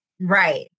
Right